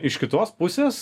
iš kitos pusės